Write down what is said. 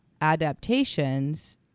adaptations